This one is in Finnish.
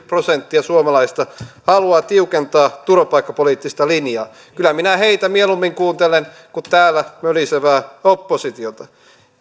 prosenttia suomalaisista haluaa tiukentaa turvapaikkapoliittista linjaa kyllä minä heitä mieluimmin kuuntelen kuin täällä mölisevää oppositiota